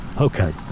Okay